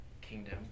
kingdom